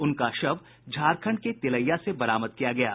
उनका शव झारखंड के तिलैया से बरामद किया गया है